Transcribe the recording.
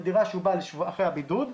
זו דירה שהוא בא אחרי הבידוד,